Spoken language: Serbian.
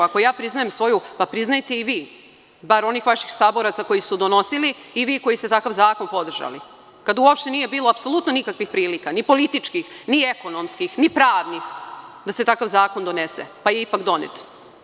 Ako ja priznajem svoju, priznajte i vi, bar onih vaših saboraca koji su donosili i vi koji ste takav zakon podržali, kada nije bilo nikakvih prilika, ni političkih, ni ekonomskih, ni pravnih da se takav zakon donese, pa je ipak donet.